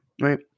right